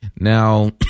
Now